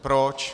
Proč?